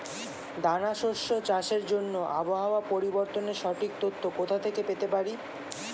দানা শস্য চাষের জন্য আবহাওয়া পরিবর্তনের সঠিক তথ্য কোথা থেকে পেতে পারি?